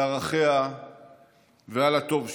על ערכיה ועל הטוב שבה.